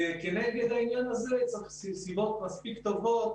וכנגד העניין הזה צריך סיבות מספיק טובות